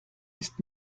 ist